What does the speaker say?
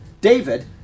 David